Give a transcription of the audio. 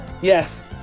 Yes